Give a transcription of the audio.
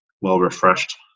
well-refreshed